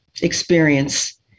experience